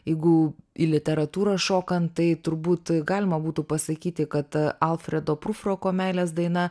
jeigu į literatūrą šokant tai turbūt galima būtų pasakyti kad alfredo prufroko meilės daina